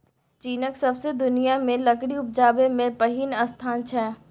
चीनक सौंसे दुनियाँ मे लकड़ी उपजाबै मे पहिल स्थान छै